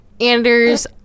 Anders